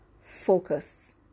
Focus